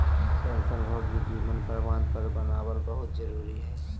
पेंशनभोगी जीवन प्रमाण पत्र बनाबल बहुत जरुरी हइ